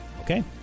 Okay